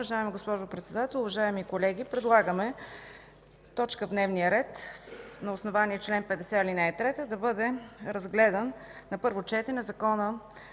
уважаема госпожо Председател. Уважаеми колеги, предлагаме точка в дневния ред – на основание чл. 50, ал. 3 да бъде разгледан на първо четене Законът